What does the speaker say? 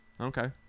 Okay